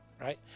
Right